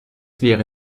wäre